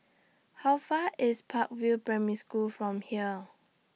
How Far IS Park View Primary School from here